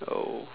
oh